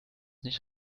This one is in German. nicht